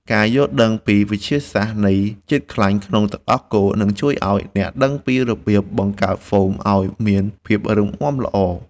ការយល់ដឹងពីវិទ្យាសាស្ត្រនៃជាតិខ្លាញ់ក្នុងទឹកដោះគោ នឹងជួយឱ្យអ្នកដឹងពីរបៀបបង្កើតហ្វូមឱ្យមានភាពរឹងមាំល្អ។